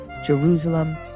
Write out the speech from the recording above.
Jerusalem